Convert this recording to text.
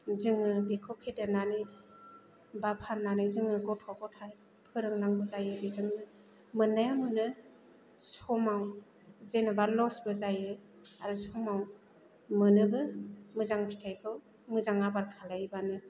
जोङो बेखौ फेदेरनानै बा फाननानै जोङो गथ' गथाय फोरोंनांगौ जायो बेजोंनो मोननाया मोनो समाव जेन'बा लसबो जायो आरो समाव मोनोबो मोजां फिथायखौ मोजां आबाद खालायोबानो